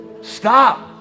Stop